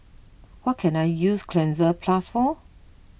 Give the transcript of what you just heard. what can I use Cleanz Plus for